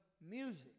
music